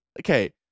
okay